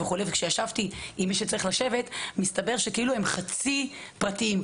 כשישבתי עם מי שצריך לשבת מסתבר שהם כאילו חצי פרטיים.